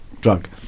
drug